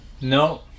No